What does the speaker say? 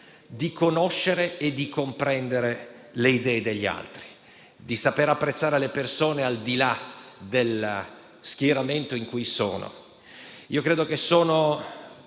di conoscere e di comprendere le idee degli altri, di saper apprezzare le persone al di là dello schieramento in cui sono. Io credo che siano